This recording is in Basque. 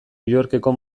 yorkeko